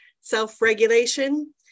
self-regulation